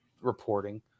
reporting